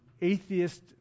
atheist